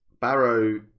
Barrow